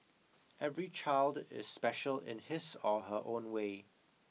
every child is special in his or her own way